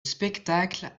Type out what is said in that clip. spectacle